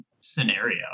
scenario